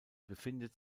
befindet